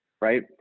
Right